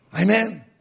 Amen